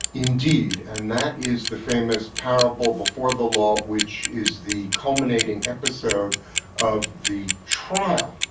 indeed. and that is the famous parable, before the law which is the culminating episode of the trial.